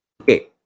Okay